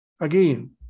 again